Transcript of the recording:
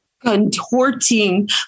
contorting